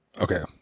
okay